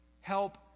help